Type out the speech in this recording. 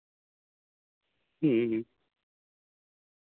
ᱦᱮᱸ